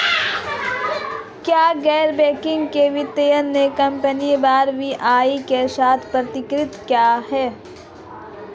क्या गैर बैंकिंग वित्तीय कंपनियां आर.बी.आई के साथ पंजीकृत हैं?